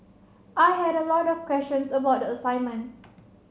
I had a lot of questions about the assignment